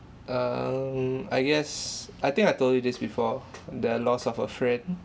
um I guess I think I told you this before the loss of a friend